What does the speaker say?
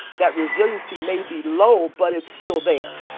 that resiliency may be low, but it's still there.